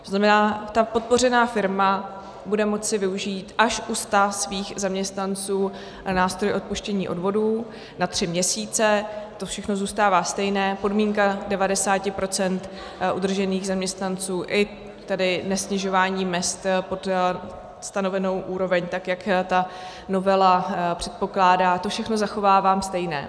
To znamená, ta podpořená firma bude moci využít až u 100 svých zaměstnanců nástroj odpuštění odvodů na tři měsíce, to všechno zůstává stejné, podmínka 90 % udržených zaměstnanců i tedy nesnižování mezd pod stanovenou úroveň, tak jak novela předpokládá, to všechno zachovávám stejné.